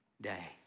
day